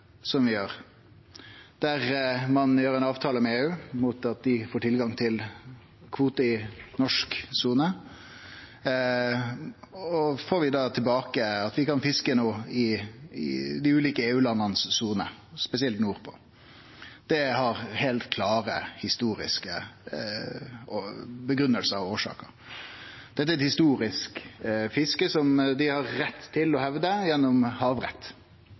som vi gjer, der ein gjer ei avtale med EU mot at dei får tilgang til kvotar i norsk sone – vi får tilbake at vi no kan fiske i dei ulike EU-landa sine soner, spesielt nordpå – har heilt klare historiske grunngivingar og årsaker. Dette er eit historisk fiske, som dei har rett til å hevde gjennom havrett.